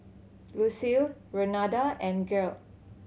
Lucile Renada and Gearld